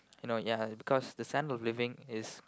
you know ya because the sense of living is